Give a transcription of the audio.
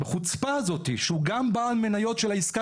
בחוצפה הזאת שהוא גם בעל מניות של העסקה